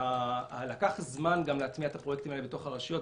לקח זמן להטמיע את הפרויקטים האלה בתוך הרשויות,